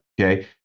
okay